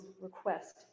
request